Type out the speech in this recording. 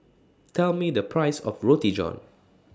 Tell Me The Price of Roti John